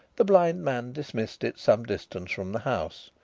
the blind man dismissed it some distance from the house,